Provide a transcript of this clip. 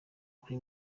kuri